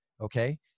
okay